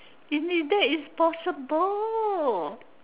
in it that is possible